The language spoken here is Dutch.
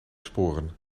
sporen